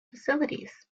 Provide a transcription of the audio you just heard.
facilities